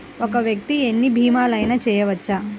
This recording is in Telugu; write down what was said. ఒక్క వ్యక్తి ఎన్ని భీమలయినా చేయవచ్చా?